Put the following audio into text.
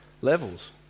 levels